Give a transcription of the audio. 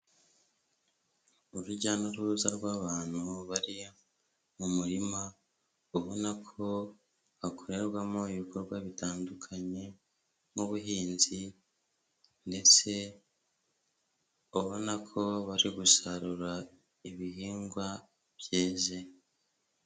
Urujya n'uruza rw'abantu bari mu murima ubona ko hakorerwamo ibikorwa bitandukanye nk'ubuhinzi ndetse ubona ko bari gusarura ibihingwa byeze.